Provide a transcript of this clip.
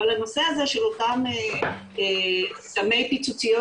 אבל הנושא הזה של אותם סמי פיצוציות,